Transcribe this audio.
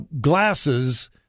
glasses